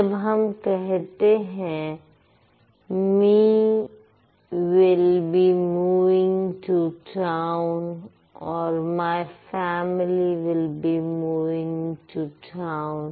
जब हम कहते हैं me will be moving to town और my family will be moving to town